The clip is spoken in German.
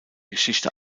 geschichte